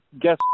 guess